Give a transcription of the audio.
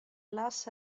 las